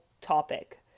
topic